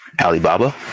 Alibaba